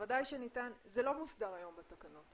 זה לא מוסדר היום בתקנות.